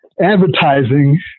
advertising